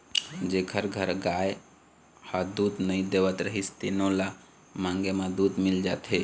जेखर घर गाय ह दूद नइ देवत रहिस तेनो ल मांगे म दूद मिल जाए